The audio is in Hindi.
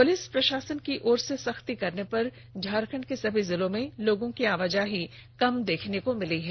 पुलिस प्रषासन की ओर सख्ती करने पर झारखण्ड के सभी जिलों में लोगों की आवाजाही कम देखने को मिली है